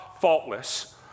faultless